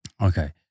Okay